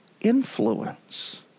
influence